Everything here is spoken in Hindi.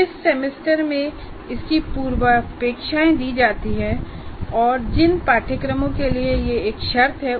जिस सेमेस्टर में इसकी पूर्वापेक्षाएँ दी जाती हैं और जिन पाठ्यक्रमों के लिए यह एक शर्त है